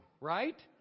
right